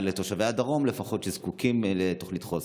לתושבי הדרום שזקוקים לתוכנית חוסן?